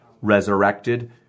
resurrected